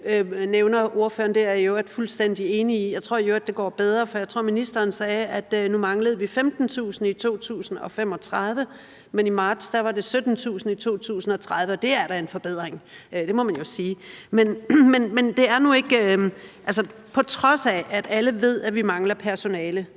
nævnes af ordføreren. Det er jeg i øvrigt fuldstændig enig i. Jeg tror i øvrigt, det går bedre, for jeg tror, ministeren sagde, at nu manglede vi 15.000 i 2035, men i marts var det 17.000 i 2030, og det er da en forbedring – det må man jo sige. På trods af at alle ved, at vi mangler personale,